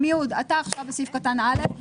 עמיהוד, אתה עכשיו בסעיף קטן (א).